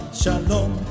shalom